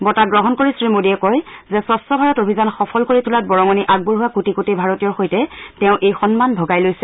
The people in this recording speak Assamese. বঁটা গ্ৰহণ কৰি শ্ৰীমোডীয়ে কয় যে স্বছ্ ভাৰত অভিযান সফল কৰি তোলাত বৰঙণি আগবঢ়োৱা কোটি কোটি ভাৰতীয়ৰ সৈতে তেওঁ এই সন্মান ভগাই লৈছে